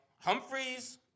Humphreys